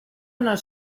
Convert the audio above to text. nos